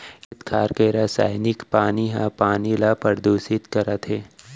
खेत खार के रसइनिक पानी ह पानी ल परदूसित कर देथे